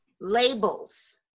labels